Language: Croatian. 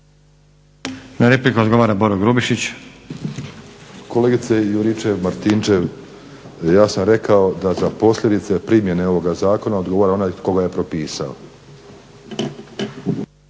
**Grubišić, Boro (HDSSB)** Kolegice Juričev-Martinčev ja sam rekao da za posljedice primjene ovoga zakona odgovara onaj tko ga je propisao.